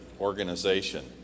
organization